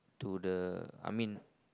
to the I mean